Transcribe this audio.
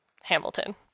Hamilton